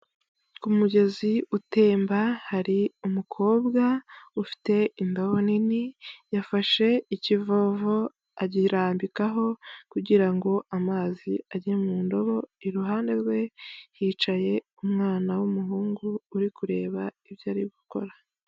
Ku mugezi utemba, hari umukobwa ufite indobo nini, yafashe ikivovo ayirambikaho kugira ngo amazi ajye mu ndobo, iruhande rwe hicaye umwana w'umuhungu uri kureba ibyo ari gukora.